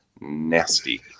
nasty